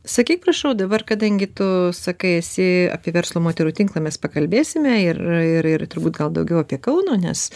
sakyk prašau dabar kadangi tu sakai esi apie verslo moterų tinklą mes pakalbėsime ir ir ir turbūt gal daugiau apie kauno nes